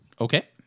Okay